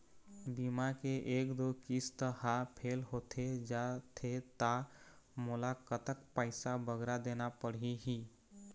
बीमा के एक दो किस्त हा फेल होथे जा थे ता मोला कतक पैसा बगरा देना पड़ही ही?